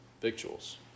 victuals